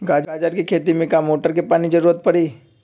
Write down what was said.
गाजर के खेती में का मोटर के पानी के ज़रूरत परी?